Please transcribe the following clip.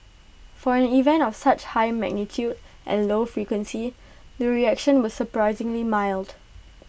for an event of such high magnitude and low frequency the reaction was surprisingly mild